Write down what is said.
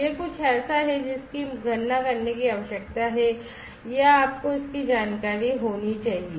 यह कुछ ऐसा है जिसकी गणना करने की आवश्यकता है या आपको इसकी जानकारी होनी चाहिए